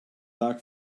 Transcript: luck